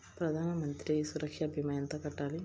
ప్రధాన మంత్రి సురక్ష భీమా ఎంత కట్టాలి?